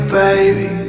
baby